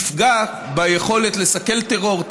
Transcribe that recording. תפגע ביכולת לסכל טרור,